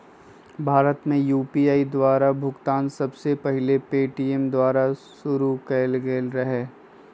भारत में यू.पी.आई द्वारा भुगतान सबसे पहिल पेटीएमें द्वारा पशुरु कएल गेल रहै